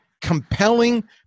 compelling